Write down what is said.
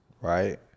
right